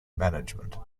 management